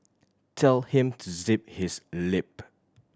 tell him to zip his lip